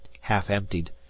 Half-emptied